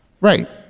Right